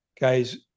guys